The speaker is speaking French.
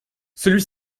celui